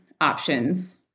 options